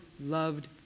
loved